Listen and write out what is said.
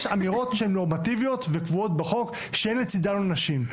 יש אמירות שהן נורמטיביות והן קבועות בחוק כשאין לצדן עונשים.